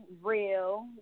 real